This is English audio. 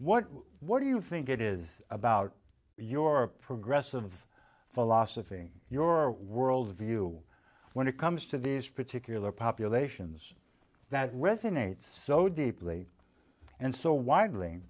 j what do you think it is about your progressive philosophy and your worldview when it comes to these particular populations that resonates so deeply and so widely